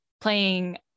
playing